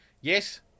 yes